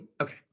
okay